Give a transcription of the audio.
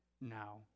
Now